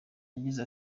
yagize